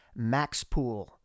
maxpool